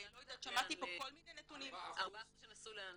שמעתי פה כל מיני נתונים --- 4% שנסעו לאן?